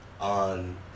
on